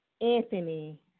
Anthony